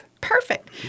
Perfect